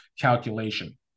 calculation